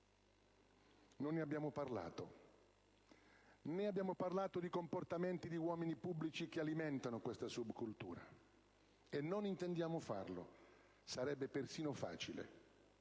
non ne abbiamo parlato, né abbiamo parlato di comportamenti di uomini pubblici che alimentano questa subcultura, e non intendiamo farlo! Sarebbe persino facile!